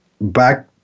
back